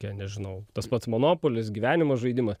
tie nežinau tas pats monopolis gyvenimo žaidima